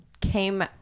came